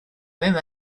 même